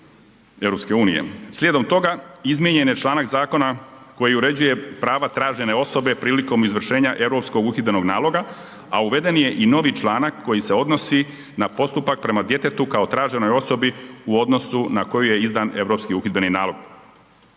Slijedom toga, izmijenjen je čl. zakona koji uređuje prava tražene osobe prilikom izvršenja Europskog uhidbenog naloga, a uveden je i novi članak koji se odnosi na postupak prema djetetu kao traženoj osobi u odnosu na koju je izdan Europski uhidbeni nalog.